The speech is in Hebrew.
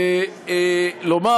ולומר